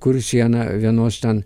kur siena vienos ten